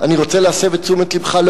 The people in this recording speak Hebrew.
אני אומר לכם,